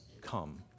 come